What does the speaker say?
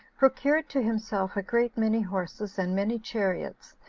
procured to himself a great many horses, and many chariots,